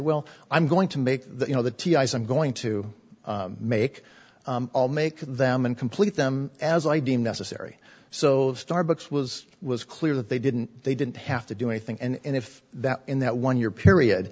well i'm going to make you know that i'm going to make all make them and complete them as i deem necessary so starbucks was was clear that they didn't they didn't have to do anything and if that in that one year period